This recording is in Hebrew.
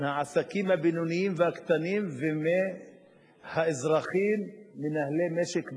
מהעסקים הבינוניים והקטנים ומהאזרחים שמנהלים משק בית.